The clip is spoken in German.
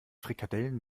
frikadellen